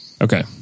Okay